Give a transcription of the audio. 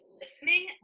listening